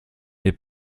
ait